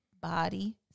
body